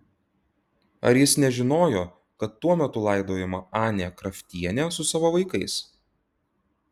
ar jis nežinojo kad tuo metu laidojama anė kraftienė su savo vaikais